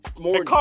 more